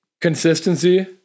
consistency